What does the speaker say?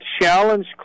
challenge